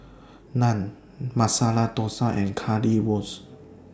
Naan Masala Dosa and Currywurst